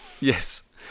Yes